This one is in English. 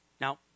Now